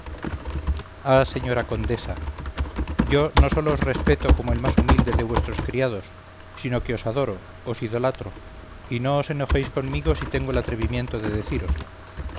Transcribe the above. ah señora condesa yo no sólo os respeto como el más humilde de vuestros criados sino que os adoro os idolatro y no os enojéis conmigo si tengo el atrevimiento de decíroslo